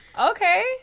Okay